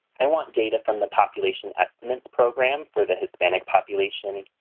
i want data from the population estimates program for the hispanic population.